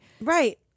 Right